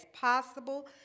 possible